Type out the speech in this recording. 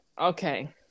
okay